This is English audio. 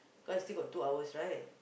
cause still got two hours right